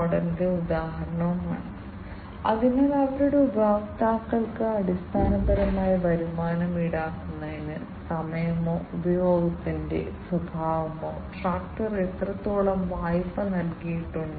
കൂടാതെ ഇത് അടിസ്ഥാനപരമായി ഒരു വ്യാവസായിക നിയന്ത്രണ സംവിധാനമാണ് ഒരു നൂതന വ്യാവസായിക നിയന്ത്രണ സംവിധാനമാണ് അതിന് വിവിധ കാര്യങ്ങൾ ചെയ്യാൻ കഴിയും ഇൻഡസ്ട്രി ഗ്രേഡ് SCADA സിസ്റ്റങ്ങളുടെ സഹായത്തോടെ പ്രോസസ്സിംഗ് നിരീക്ഷണം ഡാറ്റ വിശകലനം എല്ലാം ഒരേ സമയം ചെയ്യാൻ കഴിയും